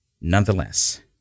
nonetheless